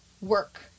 work